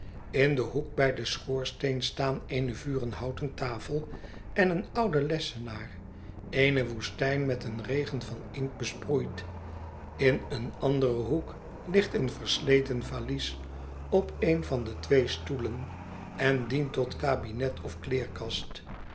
in den hoek bij den schoorsteen staan eene vurenhouten tafel en een oude lessenaar eene woestijn met een regen van inkt besproeid in een anderen hoek ligt een versleten valies op een van de twee stoelen en dient tot kabinet of kleerkast